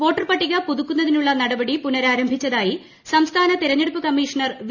വോട്ടർപട്ടിക പുതുക്കുന്നതിനുള്ള നടപടി പുനരാരംഭിച്ചതായി സംസ്ഥാന തിരഞ്ഞെടുപ്പ് കമ്മീഷണർ വി